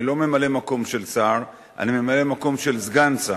אני לא ממלא-מקום של שר, אני ממלא מקום של סגן שר,